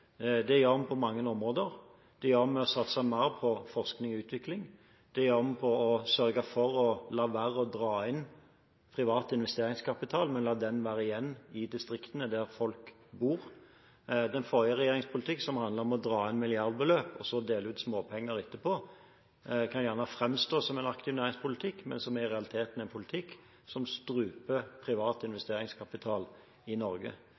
Det gjør vi på mange områder. Det gjør vi ved å satse mer på forskning og utvikling. Det gjør vi ved å sørge for å la være å dra inn privat investeringskapital, men la den være igjen i distriktene, der folk bor. Den forrige regjeringens politikk, som handlet om å dra inn milliardbeløp og dele ut småpenger etterpå, kan gjerne framstå som en aktiv næringspolitikk, men er i realiteten en politikk som struper privat investeringskapital i Norge.